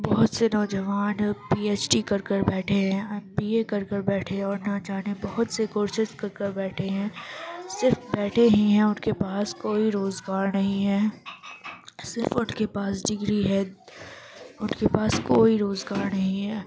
بہت سے نوجوان پی ایچ ڈی کر کر بیٹھے ہیں ایم بی اے کر کر بیٹھے ہیں اور نہ جانے بہت سے کورسس کر کر بیٹھے ہیں صرف بیٹھے ہی ہیں ان کے پاس کوئی روزگار نہیں ہے صرف ان کے پاس ڈگری ہے ان کے پاس کوئی روزگار نہیں ہے